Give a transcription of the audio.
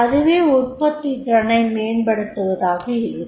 அதுவே உற்பத்தித் திறனை மேம்படுத்துவதாக இருக்கும்